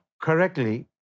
correctly